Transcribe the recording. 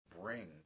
bring